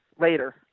later